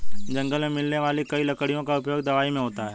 जंगल मे मिलने वाली कई लकड़ियों का उपयोग दवाई मे होता है